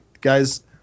guys